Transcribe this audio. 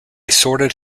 sorted